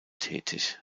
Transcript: tätig